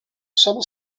sono